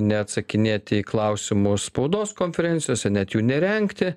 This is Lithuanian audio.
neatsakinėti į klausimus spaudos konferencijose net jų nerengti